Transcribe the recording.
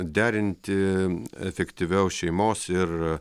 derinti efektyviau šeimos ir